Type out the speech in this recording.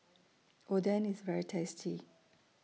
Oden IS very tasty